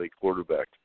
quarterback